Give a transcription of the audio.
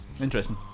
Interesting